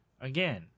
Again